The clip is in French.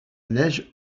neige